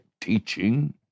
teaching